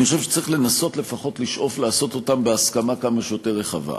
אני חושב שצריך לנסות לפחות לשאוף לעשות אותם בהסכמה כמה שיותר רחבה.